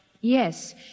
Yes